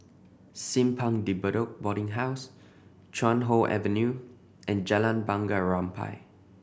Simpang De Bedok Boarding House Chuan Hoe Avenue and Jalan Bunga Rampai